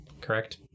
correct